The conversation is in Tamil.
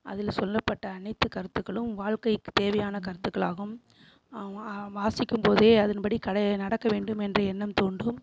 அதில் சொல்லப்பட்ட அனைத்துக் கருத்துக்களும் வாழ்க்கைக்கு தேவையான கருத்துக்கள் ஆகும் வா வாசிக்கும் போதே அதன்படி கட நடக்க வேண்டும் என்று எண்ணம் தூண்டும்